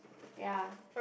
ya